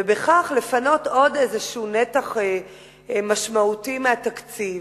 ובכך לפנות עוד נתח משמעותי מהתקציב,